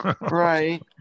Right